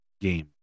games